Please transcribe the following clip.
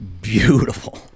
Beautiful